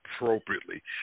appropriately